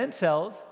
cells